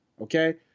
okay